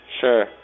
Sure